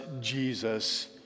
Jesus